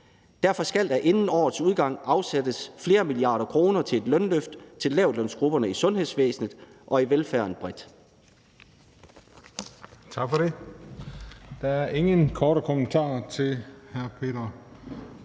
Derfor skal der inden årets udgang afsættes flere milliarder kroner til et lønløft til lavtlønsgrupperne i sundhedsvæsenet og i velfærden bredt.«